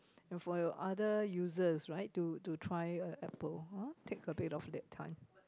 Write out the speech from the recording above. and for your other users right to to try Apple ah take a bit of time